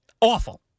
Awful